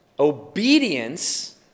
Obedience